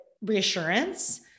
reassurance